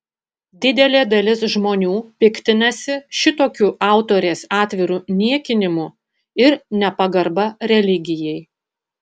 didelė dalis žmonių piktinasi šitokiu autorės atviru niekinimu ir nepagarba religijai